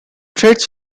threats